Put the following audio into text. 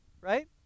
right